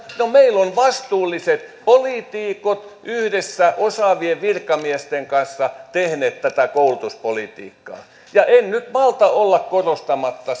meillä ovat vastuulliset poliitikot yhdessä osaavien virkamiesten kanssa tehneet tätä koulutuspolitiikkaa en nyt malta olla korostamatta